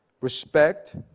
respect